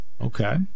Okay